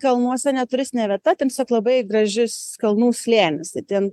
kalnuose neturistinė vieta ten tiesiog labai gražius kalnų slėnis tai ten